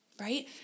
right